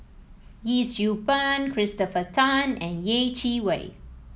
Yee Siew Pun Christopher Tan and Yeh Chi Wei